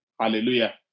Hallelujah